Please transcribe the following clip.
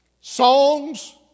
songs